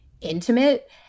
intimate